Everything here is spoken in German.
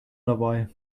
dabei